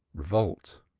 revolt.